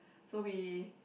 so we